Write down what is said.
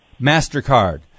MasterCard